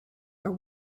are